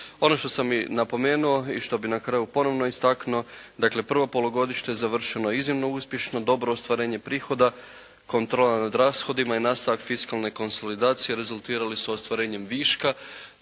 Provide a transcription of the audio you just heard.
Ono što sam napomenuo i što bih na kraju ponovo istaknuo dakle prvo polugodište je završeno iznimno uspješno. Dobro ostvarenje prihoda, kontrola nad rashodima i nastavak fiskalne konsolidacije rezultirali su ostvarenjem viška